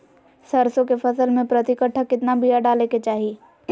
सरसों के फसल में प्रति कट्ठा कितना बिया डाले के चाही?